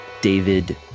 David